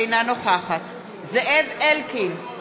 אינה נוכחת זאב אלקין,